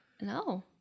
no